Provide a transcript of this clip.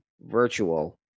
virtual